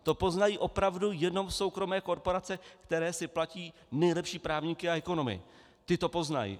To poznají opravdu jenom soukromé korporace, které si platí nejlepší právníky a ekonomy, ti to poznají.